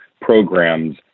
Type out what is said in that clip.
programs